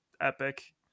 Epic